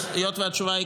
היות שהתשובה היא